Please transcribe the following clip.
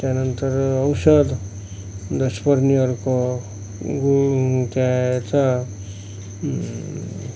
त्यानंतर औषध दशपर्णी अर्क त्याचा